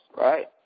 Right